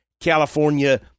California